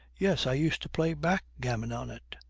yes, i used to play backgammon on it.